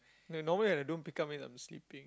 If I normally I don't pick up means I'm sleeping